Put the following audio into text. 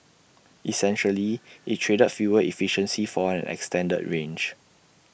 essentially IT traded fuel efficiency for an extended range